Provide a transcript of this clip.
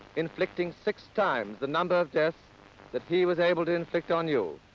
inflicting six times the number of deaths that he was able to inflict on you.